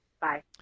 Bye